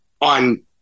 on